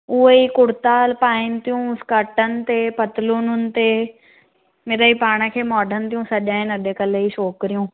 उहे ई कुर्ता पाइनि थियूं स्कर्टनि ते पतलूनुनि ते मिड़ेई पाण खे मार्डन थियूं सॾाइनि अॼुकल्ह जूं छोकिरियूं